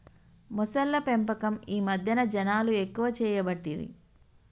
మొసళ్ల పెంపకం ఈ మధ్యన జనాలు ఎక్కువ చేయబట్టిరి